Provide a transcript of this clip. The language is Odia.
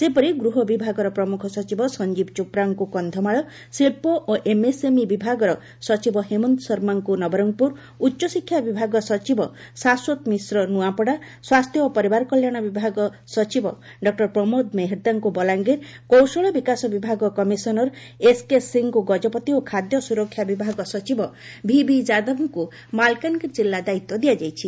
ସେହିପରି ଗୃହ ବିଭାଗର ପ୍ରମୁଖ ସଚିବ ସଞ୍ଞୀବ ଚୋପ୍ରାଙ୍କୁ କକ୍ଷମାଳ ଶିକ୍ ଓ ଏମ୍ଏସ୍ଏମ୍ଇ ବିଭାଗର ସଚିବ ହେମନ୍ତ ଶର୍ମାଙ୍ଙୁ ନବରଙଗପୁର ଉଚ୍ଚଶିକ୍ଷା ବିଭାଗ ସଚିବ ଶାଶ୍ବତ ମିଶ୍ର ନୂଆପଡା ସ୍ୱାସ୍ଥ୍ୟ ଓ ପରିବାର କଲ୍ୟାଣ ବିଭାଗ କମିଶନର ସଚିବ ଡ ପ୍ରମୋଦ ମେହେର୍ଦ୍ଦାଙ୍କୁ ବଲାଙ୍ଗୀର କୌଶଳ ବିକାଶ ବିଭାଗ ସଚିବ ଏସ୍କେ ସିଂଙ୍କୁ ଗଜପତି ଓ ଖାଦ୍ୟ ସୁରକ୍ଷା ବିଭାଗ ସଚିବ ଭି ଭି ଯାଦବଙ୍କୁ ମାଲକାନଗିରି କିଲ୍ଲା ଦାୟିତ୍ ଦିଆଯାଇଛି